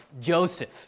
Joseph